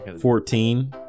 Fourteen